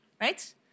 right